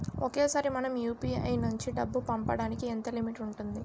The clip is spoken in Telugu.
ఒకేసారి మనం యు.పి.ఐ నుంచి డబ్బు పంపడానికి ఎంత లిమిట్ ఉంటుంది?